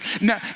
Now